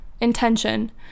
intention